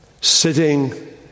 sitting